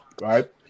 right